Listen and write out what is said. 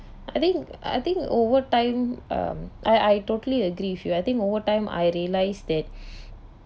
I think I think over time um I I totally agree with you I think over time I realise that